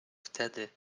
wtedy